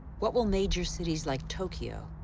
what will major cities like tokyo,